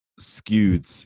skewed